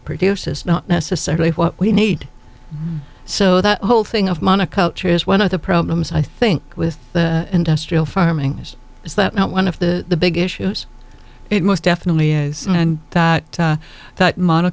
produces not necessarily what we need so that whole thing of monoculture is one of the problems i think with the industrial farming is that not one of the big issues it most definitely is and that that mon